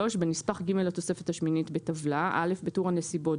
בנספח ג' לתוספת השמינית בטבלה בטור "הנסיבות",